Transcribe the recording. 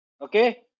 Okay